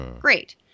Great